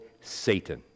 Satan